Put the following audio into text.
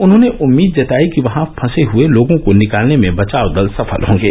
उन्होंने उम्मीद जतायी कि वहां फंसे हुए लोगों को निकालने में बचाव दल सफल होंगे